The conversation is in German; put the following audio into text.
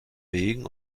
wegen